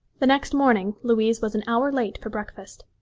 the next morning louise was an hour late for breakfast.